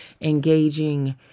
engaging